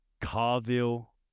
Carville